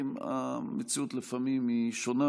המציאות לפעמים היא שונה,